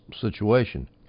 situation